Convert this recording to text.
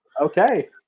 Okay